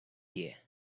here